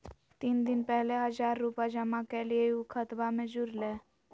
तीन दिन पहले हजार रूपा जमा कैलिये, ऊ खतबा में जुरले?